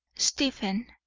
stephen,